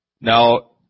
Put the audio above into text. Now